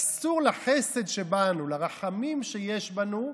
אסור לחסד שבנו, לרחמים שיש בנו,